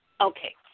Okay